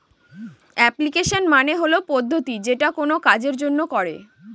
application মানে হল পদ্ধতি যেটা কোনো কাজের জন্য করে